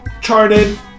charted